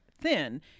thin